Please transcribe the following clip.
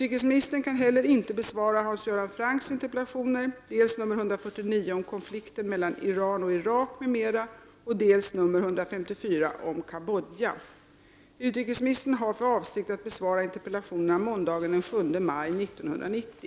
Detsamma gäller Hans Göran Francks interpellationer 149 om konflikten mellan Iran och Irak m.m. och 154 om Cambodja. Utrikesministern har för avsikt att besvara interpellationerna måndagen den 7 maj 1990.